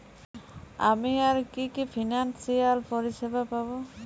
আমি আর কি কি ফিনান্সসিয়াল পরিষেবা পাব?